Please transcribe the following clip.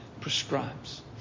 prescribes